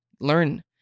Learn